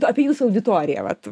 apie jūsų auditoriją vat